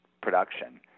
production